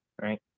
Right